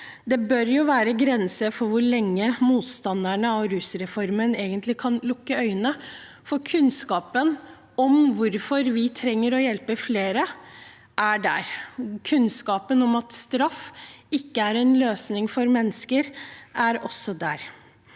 Det bør være grenser for hvor lenge motstanderne av rusreformen egentlig kan lukke øynene, for kunnskapen om hvorfor vi trenger å hjelpe flere, er der. Kunnskapen om at straff ikke er en løsning for mennesker, er også der.